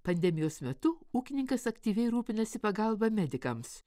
pandemijos metu ūkininkas aktyviai rūpinasi pagalba medikams